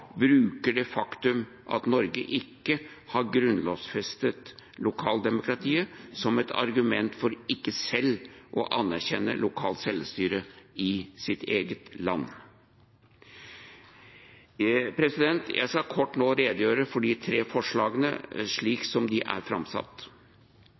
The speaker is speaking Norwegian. bruker det faktum at Norge ikke har grunnlovfestet lokaldemokratiet, som et argument for ikke selv å anerkjenne lokalt selvstyre i sitt eget land. Jeg skal nå kort redegjøre for de tre forslagene slik